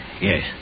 Yes